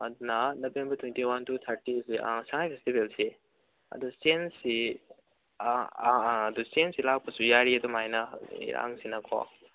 ꯑꯗꯨꯅ November twenty one to ꯊꯥꯔꯇꯤꯁꯤ ꯁꯉꯥꯏ ꯐꯦꯁꯇꯤꯕꯦꯜꯁꯤ ꯑꯗꯨ ꯆꯦꯟꯖꯁꯤ ꯑꯥ ꯑꯗꯨ ꯆꯦꯟꯖꯁꯤ ꯂꯥꯛꯄꯁꯨ ꯌꯥꯔꯤ ꯑꯗꯨꯃꯥꯏꯅ ꯏꯔꯥꯡꯁꯤꯅꯀꯣ